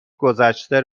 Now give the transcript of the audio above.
گذشته